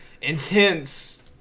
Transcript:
intense